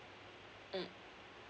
mm